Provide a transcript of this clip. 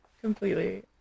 completely